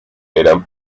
eran